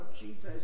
Jesus